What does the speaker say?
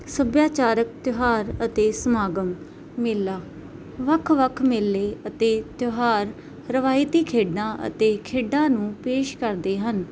ਸੱਭਿਆਚਾਰਕ ਤਿਉਹਾਰ ਅਤੇ ਸਮਾਗਮ ਮੇਲਾ ਵੱਖ ਵੱਖ ਮੇਲੇ ਅਤੇ ਤਿਉਹਾਰ ਰਵਾਇਤੀ ਖੇਡਾਂ ਅਤੇ ਖੇਡਾਂ ਨੂੰ ਪੇਸ਼ ਕਰਦੇ ਹਨ